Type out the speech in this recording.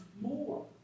more